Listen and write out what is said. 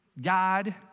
God